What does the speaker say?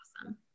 awesome